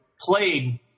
played